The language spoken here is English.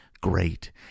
great